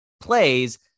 plays